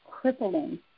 crippling